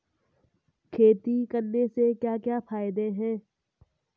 खेती करने से क्या क्या फायदे हैं?